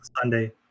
Sunday